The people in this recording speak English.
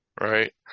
right